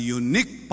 unique